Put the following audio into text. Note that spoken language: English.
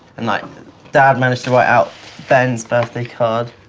and like dad managed to write out ben's birthday card.